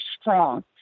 strong